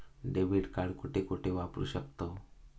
Debit card कुठे कुठे वापरू शकतव?